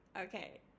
Okay